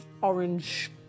orange